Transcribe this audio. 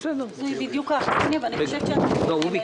זו בדיוק האכסניה ואני חושבת --- חבר